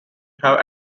have